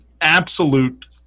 absolute